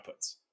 outputs